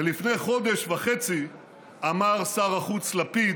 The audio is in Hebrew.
ולפני חודש וחצי אמר שר החוץ לפיד: